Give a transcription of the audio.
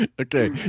Okay